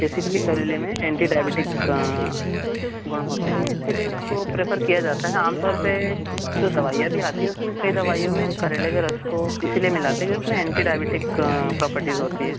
basically करेले में antidiabetic गुण होते है इसीलिए उसको प्रेफ़र किया जाता है आमतौर पे जो दवाइयाँ भी आती हैं उसमें कई दवाइयों में करेले के रस को इसलिए मिलाते कि उसमें एंटीडायबेटिक प्रॉपर्टीज़ होती हैं